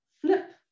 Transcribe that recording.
flip